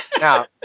Now